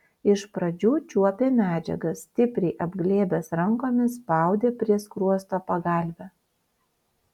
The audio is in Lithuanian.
iš pradžių čiuopė medžiagas stipriai apglėbęs rankomis spaudė prie skruosto pagalvę